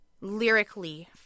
Lyrically